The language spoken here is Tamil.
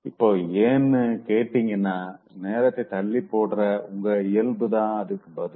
இப்போ ஏன்னு கேட்டீங்கன்னா நேரத்தை தள்ளிப்போடுற உங்க இயல்புதான் அதுக்கு பதில்